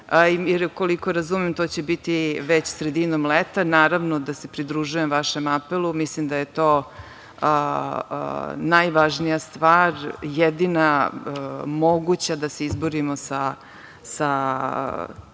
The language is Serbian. i koliko razumem to će biti već sredinom leta. Naravno da se pridružujem vašem apelu. Mislim da je to najvažnija stvar, jedina moguća da se izborimo sa ovim